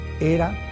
era